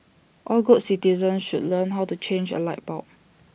all good citizens should learn how to change A light bulb